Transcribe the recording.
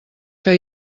que